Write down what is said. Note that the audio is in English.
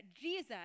Jesus